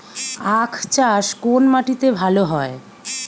আখ চাষ কোন মাটিতে ভালো হয়?